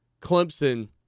Clemson